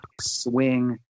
swing